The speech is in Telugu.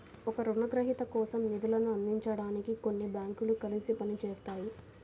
ఒకే రుణగ్రహీత కోసం నిధులను అందించడానికి కొన్ని బ్యాంకులు కలిసి పని చేస్తాయి